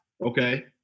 okay